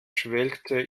schwelgte